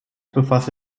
befasste